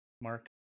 Mark